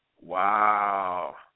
Wow